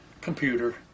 computer